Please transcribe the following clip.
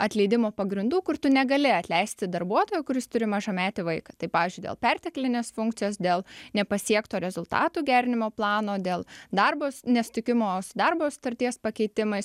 atleidimo pagrindų kur tu negali atleisti darbuotojo kuris turi mažametį vaiką tai pavyzdžiui dėl perteklinės funkcijos dėl nepasiekto rezultatų gerinimo plano dėl darbo nesutikimo su darbo sutarties pakeitimais